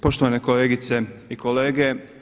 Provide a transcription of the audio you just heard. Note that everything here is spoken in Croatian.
Poštovane kolegice i kolege.